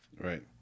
Right